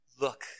look